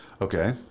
Okay